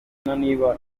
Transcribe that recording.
amubaza